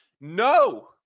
No